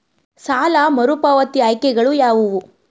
ಸಾಲ ಮರುಪಾವತಿ ಆಯ್ಕೆಗಳು ಯಾವುವು?